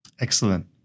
Excellent